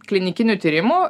klinikinių tyrimų